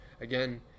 Again